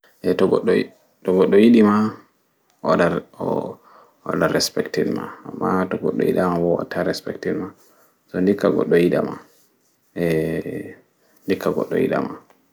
Ehh to goɗɗo yiɗima o waɗan respecting amma to goɗɗo yiɗama ɓo o watta respecting ma so nɗikka goɗɗo yiɗama